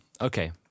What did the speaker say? Okay